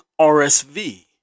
RSV